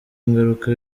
ingaruka